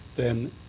then,